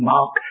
Mark